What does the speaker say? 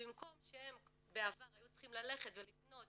ובמקום שהם בעבר הם היו צריכים ללכת ולפנות